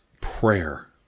prayer